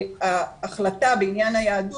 שההחלטה בעניין היהדות,